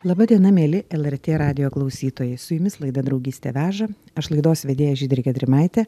laba diena mieli lrt radijo klausytojai su jumis laida draugystė veža aš laidos vedėja žydrė gedrimaitė